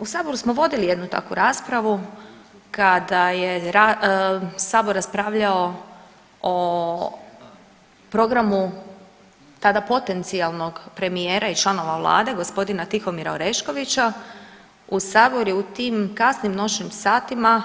U saboru smo vodili jednu takvu raspravu kada je sabor raspravljao o programu tada potencijalnog premijera i članova vlade g. Tihomira Oreškovića u sabor je u tim kasnim noćnim satima